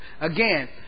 Again